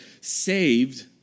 saved